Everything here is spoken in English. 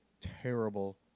terrible